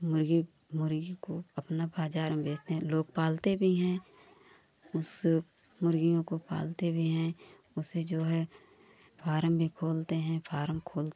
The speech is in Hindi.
मुर्ग़ी मुर्ग़ी को अपनी बाज़ार में बेचते हैं लोग पालते भी हैं उस मुर्ग़ियों को पालते भी हैं उससे जो है फारम भी खोलते हैं फारम खोल